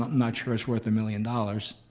not not sure it's worth a million dollars.